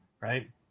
right